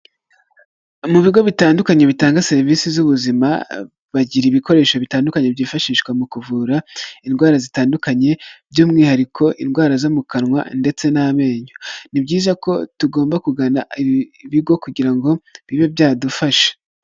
Mu bigo bitandukanye bitanga serivisi z'ubuzima bagira ibikoresho bitandukanye byifashishwa mu kuvura indwara zitandukanye by'umwihariko indwara zo mu kanwa ndetse n'amenyo, ni byiza ko tugomba kugana ibi bigo kugira ngo bibe byadufasha.